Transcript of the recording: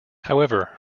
however